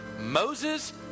Moses